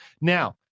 Now